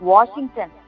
Washington